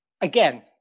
again